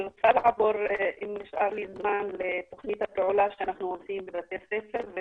נעבור לתוכנית הפעולה שאנחנו עושים בבתי הספר.